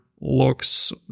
looks